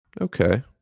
okay